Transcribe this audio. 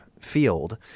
field